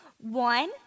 One